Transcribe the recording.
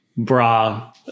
bra